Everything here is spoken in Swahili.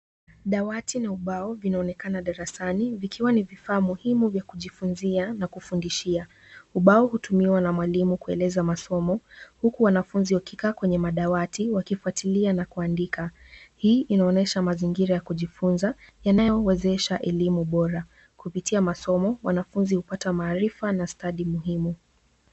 Dawati na ubao vinaonekana darasani, vikiwa ni vifaa muhimu vya kujifunzia na kufundishia. Ubao hutumiwa na mwalimu kueleza masomo, huku wanafunzi wakikaa kwenye madawati wakifuatilia na kuandika. Hii inaonyesha mazingira ya kujifunza, yanayowezesha elimu bora. Kupitia masomo, wanafunzi hupata maarifa na stadi muhimu.